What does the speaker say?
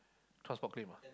transport claim ah